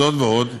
זאת ועוד,